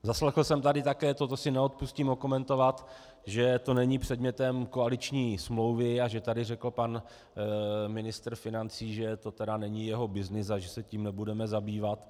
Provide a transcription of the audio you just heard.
Zaslechl jsem tady také to, neodpustím si to okomentovat, že to není předmětem koaliční smlouvy a že tady řekl pan ministr financí, že to není jeho byznys a že se tím nebudeme zabývat.